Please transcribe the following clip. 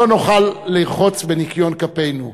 לא נוכל לרחוץ בניקיון כפינו.